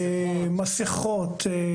מסכות.